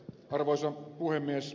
arvoisa puhemies